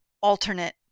alternate